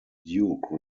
duke